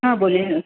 हां बोलीये नं